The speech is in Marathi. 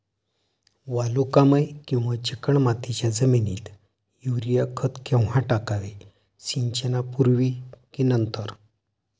वालुकामय किंवा चिकणमातीच्या जमिनीत युरिया खत केव्हा टाकावे, सिंचनापूर्वी की नंतर?